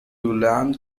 land